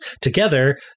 Together